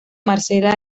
marcela